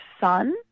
son